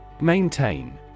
Maintain